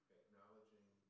acknowledging